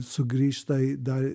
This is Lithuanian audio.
sugrįžta į dar